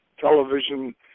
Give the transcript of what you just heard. television